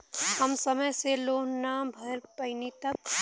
हम समय से लोन ना भर पईनी तब?